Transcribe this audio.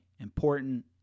important